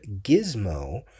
Gizmo